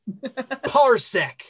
parsec